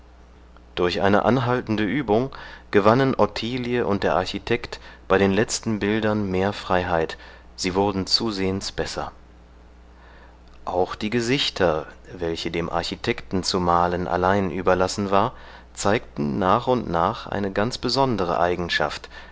durch eine anhaltende übung gewannen ottilie und der architekt bei den letzten bildern mehr freiheit sie wurden zusehends besser auch die gesichter welche dem architekten zu malen allein überlassen war zeigten nach und nach eine ganz besondere eigenschaft